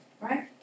Right